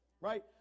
right